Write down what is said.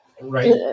Right